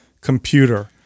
computer